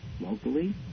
Locally